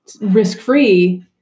risk-free